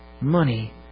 money